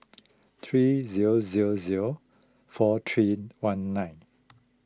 three zero zero zero four three one nine